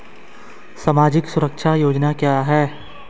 सामाजिक सुरक्षा योजना क्या है?